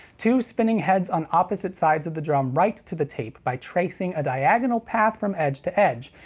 two spinning heads on opposite sides of the drum write to the tape by tracing a diagonal path from edge to edge,